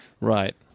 Right